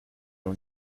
are